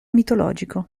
mitologico